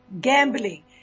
gambling